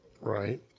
right